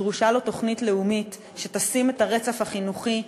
דרושה לו תוכנית לאומית שתשים את הרצף החינוכי,